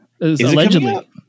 allegedly